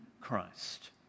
Christ